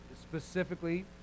specifically